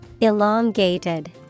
Elongated